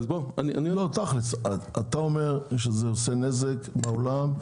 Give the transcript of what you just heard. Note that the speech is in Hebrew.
אתה אומר שזה עושה נזק בעולם.